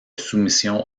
soumission